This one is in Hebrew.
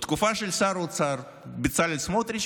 בתקופה של שר האוצר בצלאל סמוטריץ'